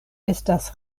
estas